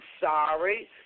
sorry